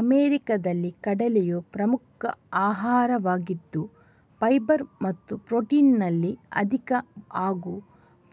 ಅಮೆರಿಕಾದಲ್ಲಿ ಕಡಲೆಯು ಪ್ರಮುಖ ಆಹಾರವಾಗಿದ್ದು ಫೈಬರ್ ಮತ್ತು ಪ್ರೊಟೀನಿನಲ್ಲಿ ಅಧಿಕ ಹಾಗೂ